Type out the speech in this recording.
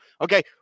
Okay